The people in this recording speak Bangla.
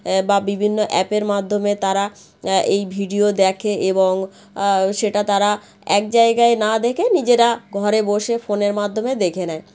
বা বিভিন্ন অ্যাপের মাধ্যমে তারা এই ভিডিও দ্যাখে এবং সেটা তারা এক জায়গায় না দেখে নিজেরা ঘরে বসে ফোনের মাধ্যমে দেখে নেয়